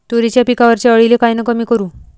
तुरीच्या पिकावरच्या अळीले कायनं कमी करू?